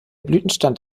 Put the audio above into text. blütenstand